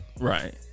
Right